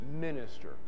minister